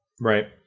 right